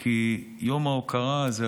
כי יום ההוקרה הזה,